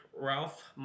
Ralph